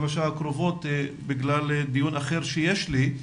שעה הקרובות בגלל דיון אחר שיש לי,